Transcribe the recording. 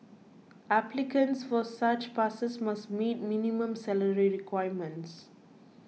applicants for such passes must meet minimum salary requirements